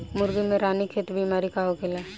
मुर्गी में रानीखेत बिमारी का होखेला?